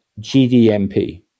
GDMP